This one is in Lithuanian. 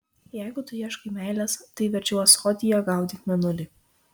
jeigu tu ieškai meilės tai verčiau ąsotyje gaudyk mėnulį